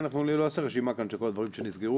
אני לא אעשה רשימה כאן של כל הדברים שנסגרו,